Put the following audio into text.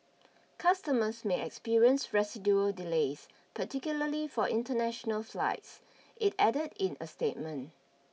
customers may experience residual delays particularly for international flights it added in a statement